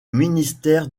ministère